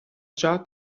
già